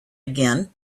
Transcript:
again